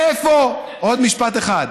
עוד משפט אחד.